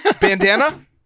Bandana